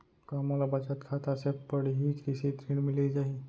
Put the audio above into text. का मोला बचत खाता से पड़ही कृषि ऋण मिलिस जाही?